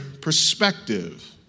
perspective